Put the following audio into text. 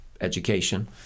education